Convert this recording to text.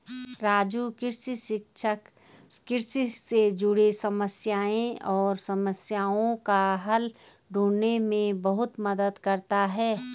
राजू कृषि शिक्षा कृषि से जुड़े समस्याएं और समस्याओं का हल ढूंढने में बहुत मदद करता है